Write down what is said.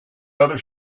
other